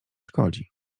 szkodzi